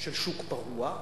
של שוק פרוע,